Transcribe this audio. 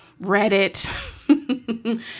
Reddit